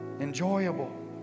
enjoyable